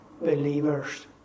believers